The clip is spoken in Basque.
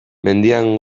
mendian